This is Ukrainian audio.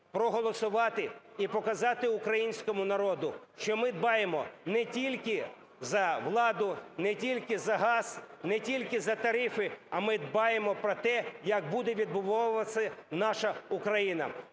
проголосувати і показати українському народу, що ми дбаємо не тільки за владу, не тільки за газ, не тільки за тарифи, а ми дбаємо про те, як буде відбудовуватися наша Україна.